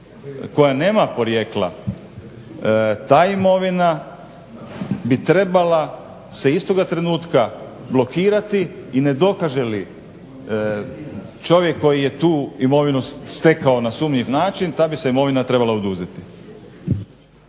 koja nema porijekla, ta imovina bi trebala se istoga trenutka blokirati i ne dokaže li čovjek koji je tu imovinu stekao na sumnjiv način ta bi se imovina trebala oduzeti.